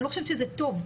אני לא חושבת שזה טוב,